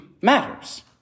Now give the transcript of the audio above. matters